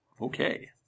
okay